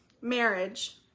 marriage